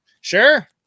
sure